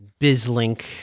BizLink